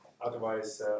Otherwise